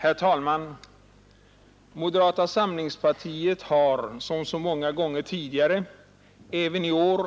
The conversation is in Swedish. Herr talman! Moderata samlingspartiet har i år liksom så många gånger tidigare